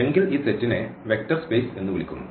എങ്കിൽ ഈ സെറ്റിനെ വെക്റ്റർ സ്പേസ് എന്ന് വിളിക്കുന്നു